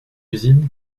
usine